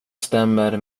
stämmer